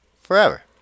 forever